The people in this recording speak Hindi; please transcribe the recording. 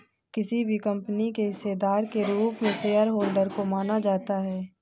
किसी भी कम्पनी के हिस्सेदार के रूप में शेयरहोल्डर को माना जाता है